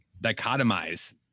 dichotomize